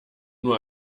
nur